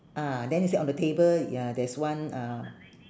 ah then you say on the table ya there's one uh